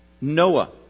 Noah